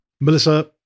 Melissa